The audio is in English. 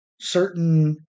certain